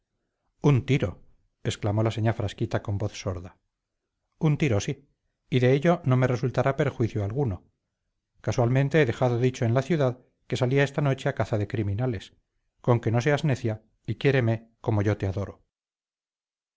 un tiro exclamó la señá frasquita con voz sorda un tiro sí y de ello no me resultará perjuicio alguno casualmente he dejado dicho en la ciudad que salía esta noche a caza de criminales conque no seas necia y quiéreme como yo te adoro